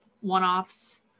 one-offs